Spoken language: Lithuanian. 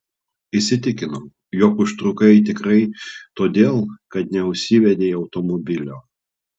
įsitikinau jog užtrukai tikrai todėl kad neužsivedei automobilio